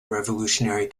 revolutionary